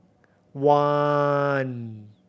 one